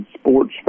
sports